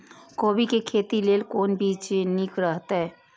कोबी के खेती लेल कोन बीज निक रहैत?